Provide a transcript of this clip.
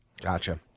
Gotcha